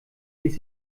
ließ